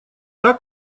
так